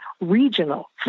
regional